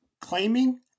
claiming